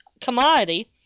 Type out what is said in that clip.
commodity